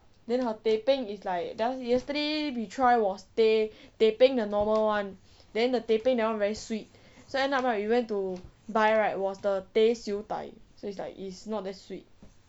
then her teh peng is like that one yesterday we try was teh peng the normal one then the teh peng that one very sweet so end up right we went to buy right was the teh siew dai so it's like it is not that sweet